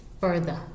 further